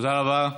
תודה רבה.